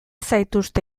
zaituzte